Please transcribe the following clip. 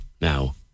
now